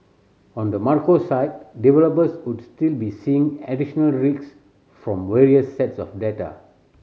on the macro side developers would still be seeing additional risk from various sets of data